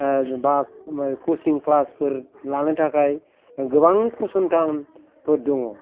बा कसिं class four लानो थाखाय गोबां फसंनथान फोर दङ